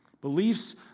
Beliefs